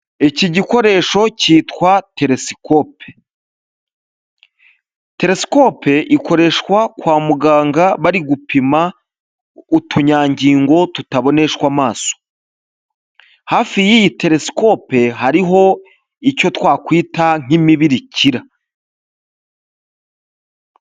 Iki gikoresho cyitwa teresikope. Teresikope ikoreshwa kwa muganga bari gupima utunyangingo tutaboneshwa amaso. Hafi y'iyi teresikope hariho icyo twakwita nk'imibirikira.